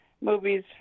movies